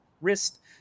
wrist